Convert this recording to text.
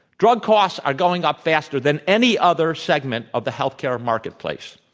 drug costs are going up faster than any other segment of the health care marketplace.